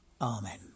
Amen